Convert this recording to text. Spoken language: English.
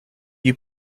you